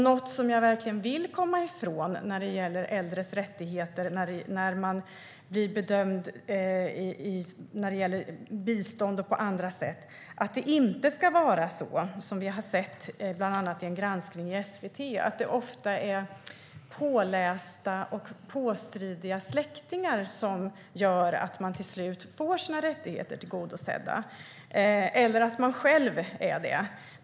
Något som jag verkligen vill komma ifrån när det gäller äldres rättigheter vid bedömning av bistånd och på andra sätt är att det ofta är släktingar som är pålästa och påstridiga, eller att man själv är det, som gör att man till slut får sina rättigheter tillgodosedda. Detta har vi sett bland annat i en granskning i SVT, och så ska det inte vara.